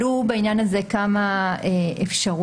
עלו בעניין הזה כמה אפשרויות.